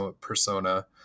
persona